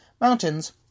Mountains